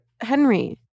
Henry